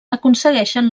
aconsegueixen